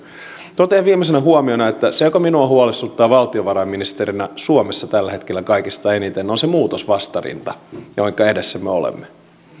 totean viimeisenä huomiona että se mikä minua huolestuttaa valtiovarainministerinä suomessa tällä hetkellä kaikista eniten on se muutosvastarinta jonka edessä me olemme